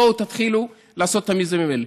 בואו תתחילו לעשות את המיזמים האלה.